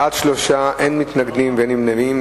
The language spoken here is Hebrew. בעד, 3, אין מתנגדים ואין נמנעים.